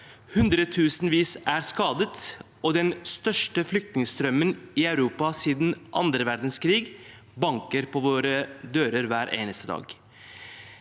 hundretusenvis er skadet, og den største flyktningstrømmen i Europa siden annen verdenskrig banker på vår dør hver eneste dag.